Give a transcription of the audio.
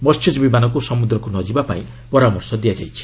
ମସ୍ୟଜୀବୀମାନଙ୍କୁ ସମୁଦ୍ରକୁ ନ ଯିବାପାଇଁ ପରାମର୍ଶ ଦିଆଯାଇଛି